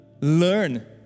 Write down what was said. learn